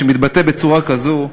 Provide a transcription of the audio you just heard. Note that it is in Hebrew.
שמתבטא בצורה כזאת,